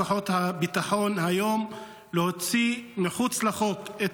כוחות הביטחון היום להוציא מחוץ לחוק את